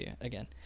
again